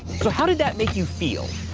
so how did that make you feel?